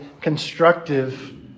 constructive